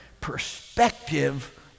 perspective